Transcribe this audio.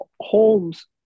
Holmes